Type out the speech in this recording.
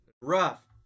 Rough